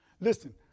Listen